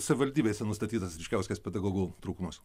savivaldybėse nustatytas ryškiauskias pedagogų trūkumas